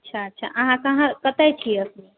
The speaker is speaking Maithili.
अच्छा अच्छा अहाँ कहाँ कतऽ छियै अखनी